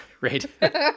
Right